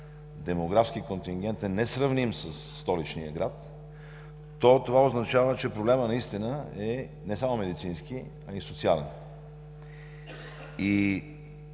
демографски контингент е несравним със столичния град, това означава, че проблемът наистина е не само медицински, а и социален. Това